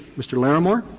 mr. laramore.